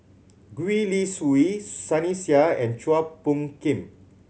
Gwee Li Sui Sunny Sia and Chua Phung Kim